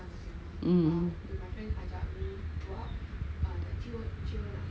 um